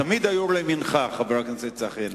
תמיד היושב-ראש הוא לימינך, חבר הכנסת צחי הנגבי.